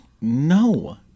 No